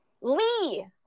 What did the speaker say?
Lee